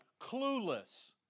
Clueless